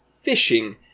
fishing